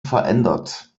verändert